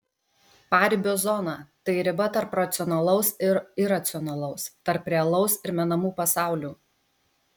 paribio zona tai riba tarp racionalaus ir iracionalaus tarp realaus ir menamų pasaulių